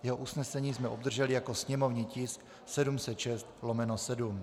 Jeho usnesení jsme obdrželi jako sněmovní tisk 706/7.